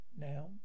now